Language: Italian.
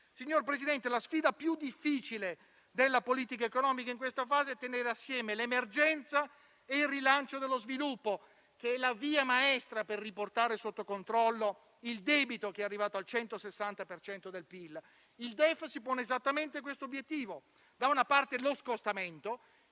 Signor Presidente, la sfida più difficile della politica economica in questa fase è tenere assieme l'emergenza e il rilancio dello sviluppo, che è la via maestra per riportare sotto controllo il debito, che è arrivato al 160 per cento del PIL. Il DEF si pone esattamente questo obiettivo: da una parte, lo scostamento